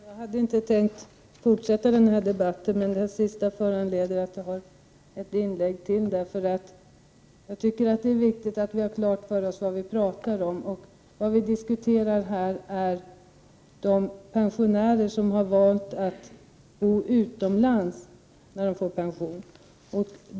Herr talman! Jag hade inte tänkt fortsätta den här debatten, men det sista Margit Gennser sade föranleder mig att göra ett inlägg till. Jag tycker att det är viktigt att vi har klart för oss vad vi pratar om, och vad vi diskuterar här är sjukvårdsavgifter för personer som har valt att bo utomlands sedan de fått pension.